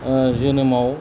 जोनोमाव